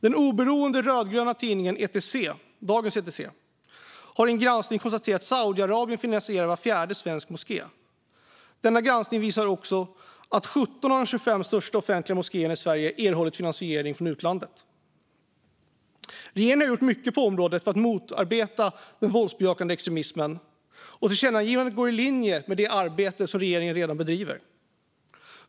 Den oberoende rödgröna tidningen Dagens ETC har i en granskning konstaterat att Saudiarabien finansierar var fjärde svensk moské. Denna granskning visade också att 17 av de 25 största offentliga moskéerna i Sverige har erhållit finansiering från utlandet. Regeringen har gjort mycket på området för att motarbeta den våldsbejakande extremismen, och tillkännagivandet är i linje med det arbete regeringen redan bedriver.